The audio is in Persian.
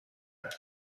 بود